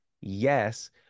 yes